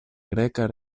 greca